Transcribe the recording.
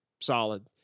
solid